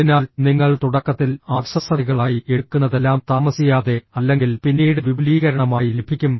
അതിനാൽ നിങ്ങൾ തുടക്കത്തിൽ ആക്സസറികളായി എടുക്കുന്നതെല്ലാം താമസിയാതെ അല്ലെങ്കിൽ പിന്നീട് വിപുലീകരണമായി ലഭിക്കും